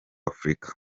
afurika